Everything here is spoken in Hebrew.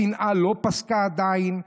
השנאה לא פסקה עדיין.